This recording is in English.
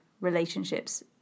relationships